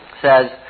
says